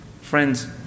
friends